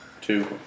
Two